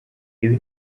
ibi